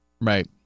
Right